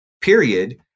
period